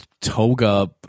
toga